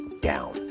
down